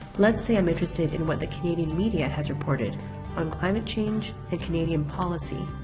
let's say i'm interested in what the canadian media has reported on climate change and canadian policy.